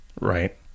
Right